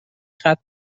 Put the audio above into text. ختنه